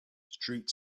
street